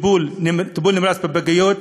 טיפול נמרץ בפגיות,